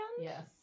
Yes